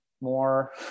more